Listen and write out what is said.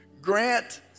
grant